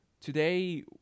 today